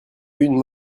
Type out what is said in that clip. une